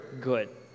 good